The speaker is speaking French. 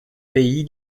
pays